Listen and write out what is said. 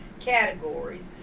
categories